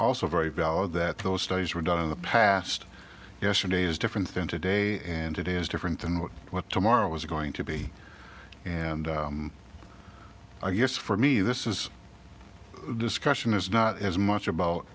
also very valid that those studies were done in the past yesterday is different than today and it is different than what what tomorrow is going to be and i guess for me this is a discussion is not as much about